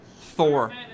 Thor